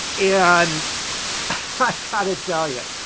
and got to tell you,